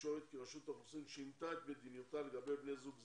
בתקשורת כי רשות האוכלוסין שינתה את מדיניותה לגבי בני זוג זרים,